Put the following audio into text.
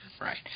Right